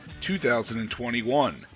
2021